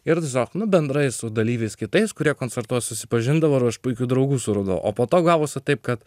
ir tiesiog nu bendrai su dalyviais kitais kurie koncertuos susipažindavo iš puikių draugų suradau po to gavosi taip kad